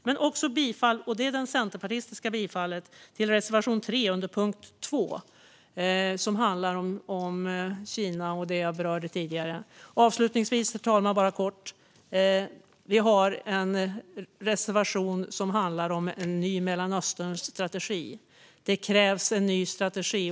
Men jag yrkar också för Centerpartiets räkning bifall till reservation 3 under punkt 2, som handlar om Kina och det jag berörde tidigare. Avslutningsvis, herr talman, vill jag bara kort säga att vi har en reservation som handlar om en ny Mellanösternstrategi. Det krävs en ny strategi.